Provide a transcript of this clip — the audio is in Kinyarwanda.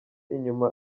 inyuma